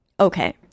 Okay